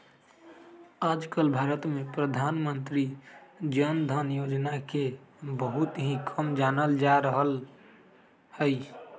आजकल भारत में प्रधानमंत्री जन धन योजना के बहुत ही कम जानल जा रहले है